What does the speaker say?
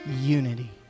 unity